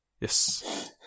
Yes